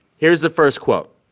here's the first quote.